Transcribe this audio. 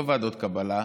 לא ועדות קבלה,